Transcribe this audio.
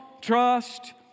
trust